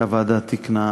שהוועדה תיקנה,